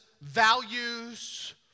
values